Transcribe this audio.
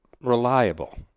reliable